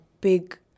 big